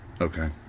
Okay